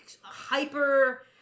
hyper